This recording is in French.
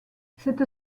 cette